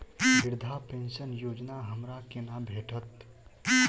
वृद्धा पेंशन योजना हमरा केना भेटत?